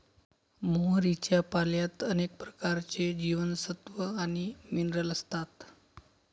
मोहरीच्या पाल्यात अनेक प्रकारचे जीवनसत्व आणि मिनरल असतात